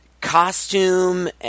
costume